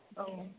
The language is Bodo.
औ